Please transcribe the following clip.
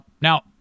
Now